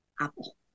apple